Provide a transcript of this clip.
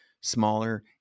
smaller